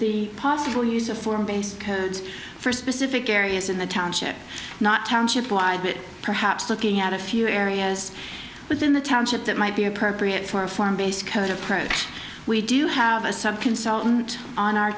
the possible use of form base codes for specific areas in the township not township wide that perhaps looking at a few areas as within the township that might be appropriate for a form based code approach we do have a sub consultant on our